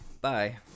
bye